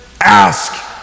ask